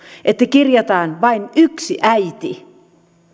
että kirjataan vain yksi äiti